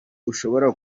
ushobora